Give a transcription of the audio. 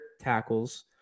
tackles